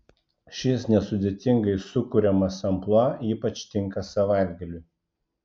šis nesudėtingai sukuriamas amplua ypač tinka savaitgaliui